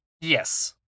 Yes